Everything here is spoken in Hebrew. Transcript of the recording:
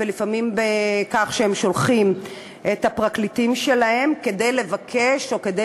לפעמים בכך שהם שולחים את הפרקליטים שלהם כדי לבקש או כדי